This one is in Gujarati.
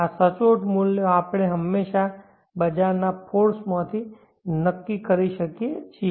આ સચોટ મૂલ્યો આપણે હંમેશાં બજારના ફૉર્સ માંથી નક્કી કરી શકીએ છીએ